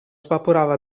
svaporava